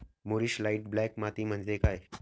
मूरिश light black माती म्हणजे काय?